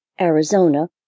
Arizona